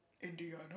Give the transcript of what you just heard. Indiana